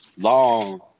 Long